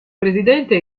presidente